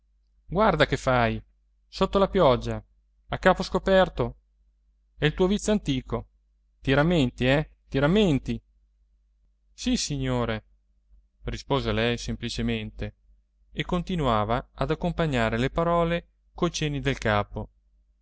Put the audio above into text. guarda che fai sotto la pioggia a capo scoperto è il tuo vizio antico ti rammenti eh ti rammenti sissignore rispose lei semplicemente e continuava ad accompagnare le parole coi cenni del capo